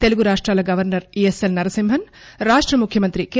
తెలుగు రాష్టాల governor ESL Narasimhan రాష్ట ముఖ్యమంత్రి కె